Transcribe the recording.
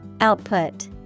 Output